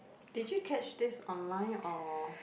did you catch this online or